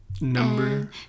number